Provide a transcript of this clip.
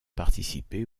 participé